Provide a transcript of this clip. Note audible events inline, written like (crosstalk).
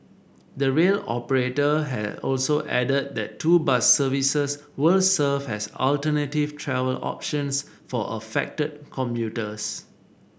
the rail operator (unintelligible) also added that two bus services will serve as alternative travel options for affected commuters